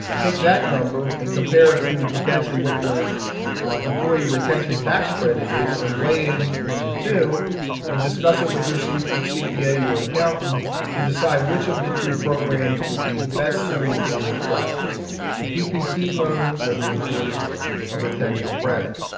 take that number and compare to potentially what your employee retention tax credit is and weigh in on the two and discuss it with your cpa or accountant and to decide which of the two programs would be best suited for your practice the ppp loan or the employee ah retention credit.